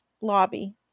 lobby